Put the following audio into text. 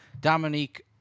Dominique